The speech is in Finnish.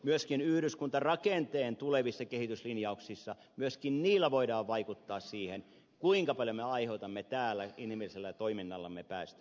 myöskin yhdyskuntarakenteen tulevilla kehityslinjauksilla voidaan vaikuttaa siihen kuinka paljon me aiheutamme täällä inhimillisellä toiminnallamme päästöjä